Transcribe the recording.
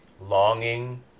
longing